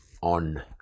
on